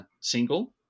single